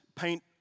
paint